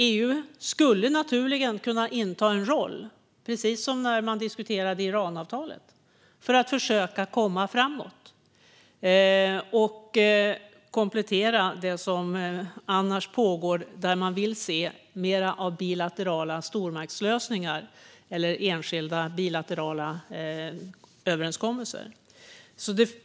EU skulle naturligen kunna inta en roll, precis som när Iranavtalet diskuterades, för att försöka komma framåt och komplettera det som annars pågår, där man vill se mer av bilaterala stormaktslösningar eller enskilda bilaterala överenskommelser.